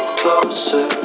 closer